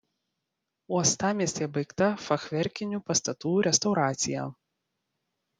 uostamiestyje baigta fachverkinių pastatų restauracija